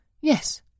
Yes